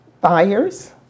Buyers